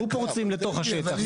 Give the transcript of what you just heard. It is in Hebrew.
היו פורצים לתוך השטח,